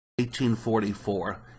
1844